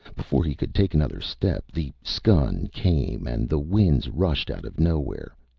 before he could take another step, the skun came and the winds rushed out of nowhere.